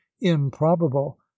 improbable